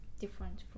different